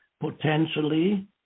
potentially